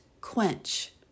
quench